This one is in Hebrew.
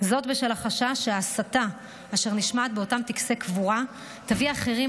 בשל החשש שההסתה אשר נשמעת באותם טקסי קבורה תביא אחרים,